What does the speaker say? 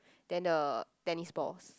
then a tennis balls